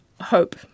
hope